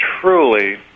truly